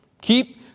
Keep